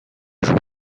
jean